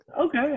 Okay